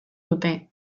dute